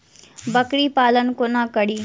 बकरी पालन कोना करि?